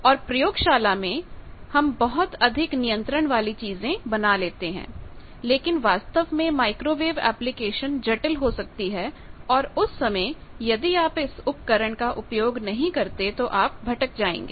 और प्रयोगशाला में हम बहुत अधिक नियंत्रण वाली चीजें बना लेते हैं लेकिन वास्तविक में माइक्रोवेव एप्लीकेशन जटिल हो सकती हैं और उस समय यदि आप इस उपकरण का उपयोग नहीं करते हैं तो आप भटक जाएंगे